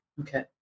Okay